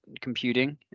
computing